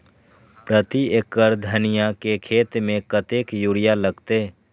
प्रति एकड़ धनिया के खेत में कतेक यूरिया लगते?